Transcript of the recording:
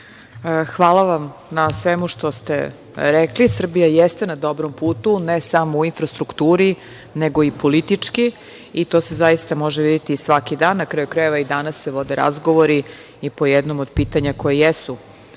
Hvala vam na svemu što ste rekli. Srbija jeste na dobrom putu, ne samo u infrastrukturi, nego i politički i to se zaista može videti svaki dan. Na kraju krajeva, i danas se vode razgovori i po jednom od pitanja koja jesu